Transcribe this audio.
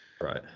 Right